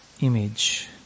image